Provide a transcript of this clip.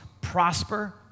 prosper